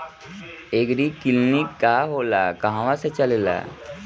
एगरी clinic का होला कहवा से चलेँला?